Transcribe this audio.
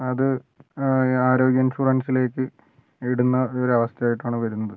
അത് ആരോഗ്യ ഇൻഷുറൻസിലേക്ക് ഇടുന്ന ഒരു അവസ്ഥ ആയിട്ടാണ് വരുന്നത്